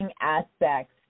aspects